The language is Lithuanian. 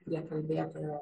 jie kalbėtojo